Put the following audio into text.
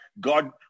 God